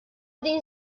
din